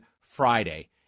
Friday